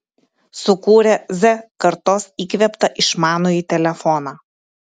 sukūrė z kartos įkvėptą išmanųjį telefoną